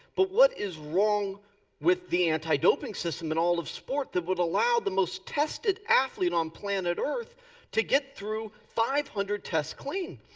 but what is wrong with the anti-doping system in all of sport that would allow the most tested athlete on planet earth to get through five hundred tests clean?